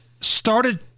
started